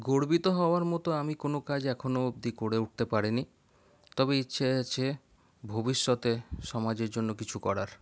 গর্বিত হওয়ার মত আমি কোনো কাজ এখনও অবধি করে উঠতে পারিনি তবে ইচ্ছে আছে ভবিষ্যতে সমাজের জন্য কিছু করার